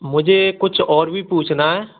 मुझे कुछ और भी पूछना है